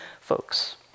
folks